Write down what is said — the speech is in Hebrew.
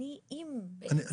עדכני עם המשרדים.